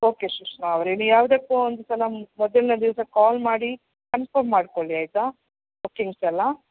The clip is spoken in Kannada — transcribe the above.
ಓಕೆ ಸುಷ್ಮಾ ಅವರೇ ನೀವು ಯಾವುದಕ್ಕೂ ಒಂದು ಸಲ ಮೊದಲನೆಯ ದಿವಸ ಕಾಲ್ ಮಾಡಿ ಕನ್ಫರ್ಮ್ ಮಾಡಿಕೊಳ್ಳಿ ಆಯಿತಾ ಬುಕಿಂಗ್ಸ್ ಎಲ್ಲ